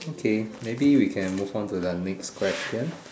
okay maybe we can move on to the next question